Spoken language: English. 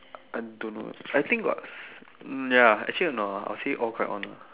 I don't know I think got um ya actually I don't know lah I would say all quite on ah